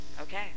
Okay